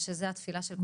שזו התפילה שלנו.